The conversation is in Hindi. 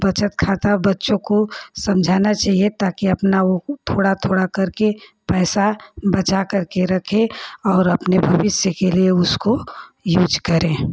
बचत खाता बच्चों को समझाना चाहिए ताकि अपना वह थोड़ा थोड़ा करके पैसा बचा करके रखे और अपने भविष्य के लिए उसको यूज़ करे